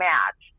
Match